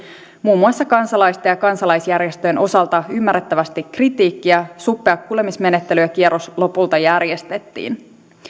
muun muassa kansalaisten ja kansalaisjärjestöjen osalta ymmärrettävästi kritiikkiä suppea kuulemismenettelykierros lopulta järjestettiin